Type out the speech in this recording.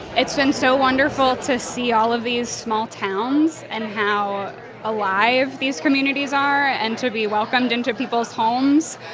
it's been so wonderful to see all of these small towns and how alive these communities are and to be welcomed into people's homes.